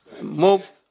move